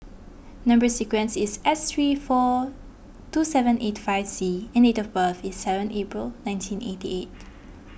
Number Sequence is S three four two seven eight five C and date of birth is seven April nineteen eighty eight